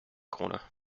krone